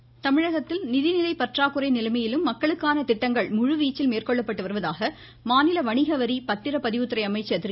வீரமணி தமிழகத்தில் நிதிநிலை பற்றாக்குறை நிலைமையிலும் மக்களுக்கான திட்டங்கள் முழுவீச்சில் மேற்கொள்ளப்பட்டு வருவதாக மாநில வணிகவரி பத்திர பதிவுத்துறை அமைச்சர் திரு